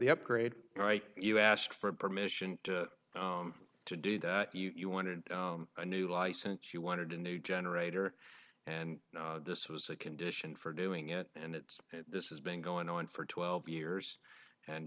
the upgrade right you asked for permission to do that you wanted a new license you wanted a new generator and this was a condition for doing it and it's this has been going on for twelve years and